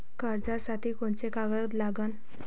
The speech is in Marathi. कर्जसाठी कोंते कागद लागन?